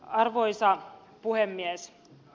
arvoisa puhemies